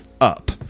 up